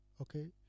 okay